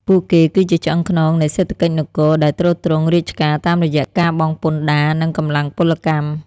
ពួកគេគឺជាឆ្អឹងខ្នងនៃសេដ្ឋកិច្ចនគរ ដែលទ្រទ្រង់រាជការតាមរយៈការបង់ពន្ធដារ និងកម្លាំងពលកម្ម។